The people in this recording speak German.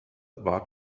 war